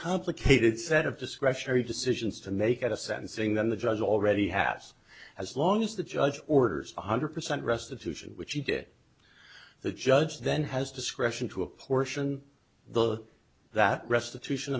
complicated set of discretionary decisions to make at a sentencing than the judge already has as long as the judge orders one hundred percent restitution which he did the judge then has discretion to apportion the that restitution